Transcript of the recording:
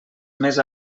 més